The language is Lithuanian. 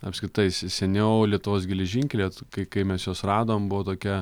apskritai se seniau lietuvos geležinkeliai kai kai mes juos radom buvo tokia